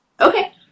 Okay